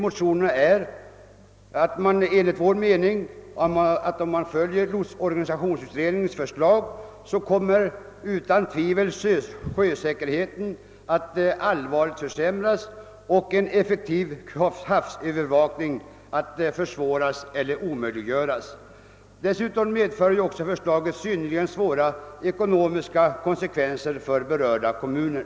Motionärerna anser att ett beslut i enlighet med lotsorganisationsutredningens förslag kommer att allvarligt försämra sjösäkerheten och försvåra eller omöjliggöra en effektiv havsövervakning. Dessutom medför ett beslut i enlighet med «:utredningsförslaget synnerligen svåra ekonomiska konsekvenser för berörda kommuner.